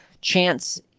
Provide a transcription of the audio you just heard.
chance